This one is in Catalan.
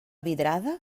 vidrada